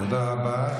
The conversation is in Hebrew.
תודה רבה.